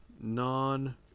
non